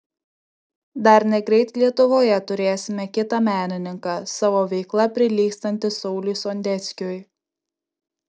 dar negreit lietuvoje turėsime kitą menininką savo veikla prilygstantį sauliui sondeckiui